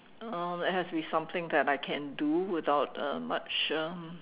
um it has to be something that I can do without uh much um